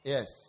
Yes